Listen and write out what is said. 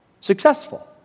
successful